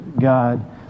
God